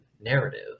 narrative